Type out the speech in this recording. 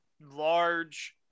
large